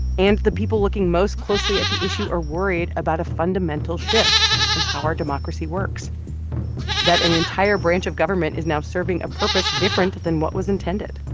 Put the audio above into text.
and the people looking most closely at the issue are worried about a fundamental shift in how our democracy works that an entire branch of government is now serving a purpose different than what was intended